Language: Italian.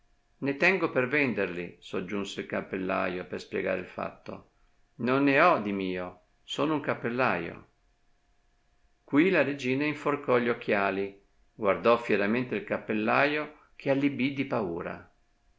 ne tengo per venderli soggiunse il cappellaio per spiegare il fatto non ne ho di mio sono un cappellaio quì la regina inforcò gli occhiali guardò fieramente il cappellaio che allibbì di paura